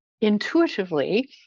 intuitively